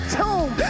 tomb